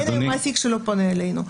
אין היום מעסיק שלא פונה אלינו,